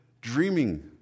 dreaming